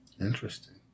Interesting